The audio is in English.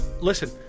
Listen